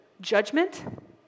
judgment